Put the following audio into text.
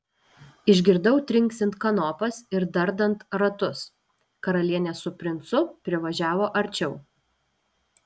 išgirdau trinksint kanopas ir dardant ratus karalienė su princu privažiavo arčiau